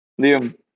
Liam